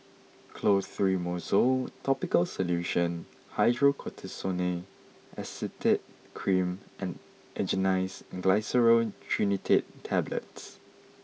Clotrimozole topical solution Hydrocortisone Acetate Cream and Angised Glyceryl Trinitrate Tablets